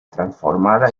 transformada